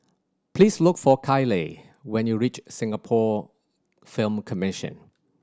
please look for Kyleigh when you reach Singapore Film Commission